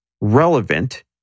relevant